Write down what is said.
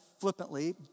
flippantly